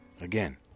Again